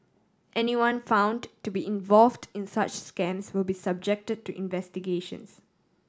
anyone found to be involved in such scams will be subjected to investigations